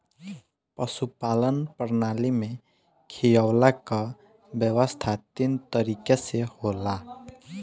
पशुपालन प्रणाली में खियवला कअ व्यवस्था तीन तरीके से होला